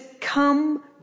come